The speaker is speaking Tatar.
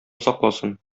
сакласын